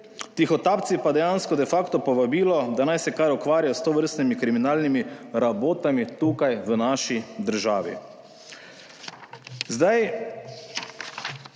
tihotapci pa dejansko de facto povabilo, da naj se kar ukvarjajo s tovrstnimi kriminalnimi rabotami tukaj v naši državi.